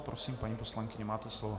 Prosím, paní poslankyně, máte slovo.